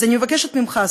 אז אני מבקשת ממך,